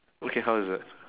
okay how is it